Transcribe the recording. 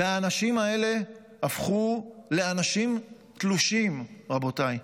והאנשים האלה הפכו לאנשים תלושים, רבותיי.